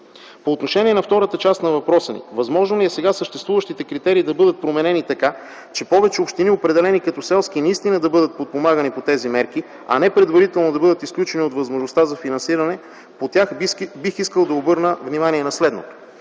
По отношение втората част на въпроса Ви – възможно ли е сега съществуващите критерии да бъдат променени така, че повече общини, определени като селски, наистина да бъдат подпомагани по тези мерки, а не предварително да бъдат изключени от възможността за финансиране по тях, бих искал да обърна внимание на следното.